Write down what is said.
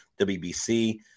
WBC